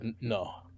No